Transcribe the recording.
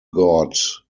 god